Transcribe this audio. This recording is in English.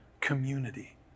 community